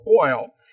coil